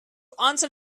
answer